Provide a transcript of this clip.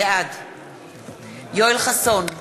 בעד יואל חסון,